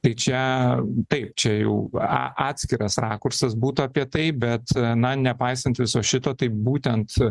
tai čia taip čia jau a atskiras rakursas būtų apie tai bet na nepaisant viso šito tai būtent